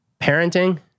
parenting